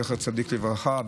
זכר צדיק לברכה.